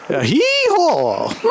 hee-haw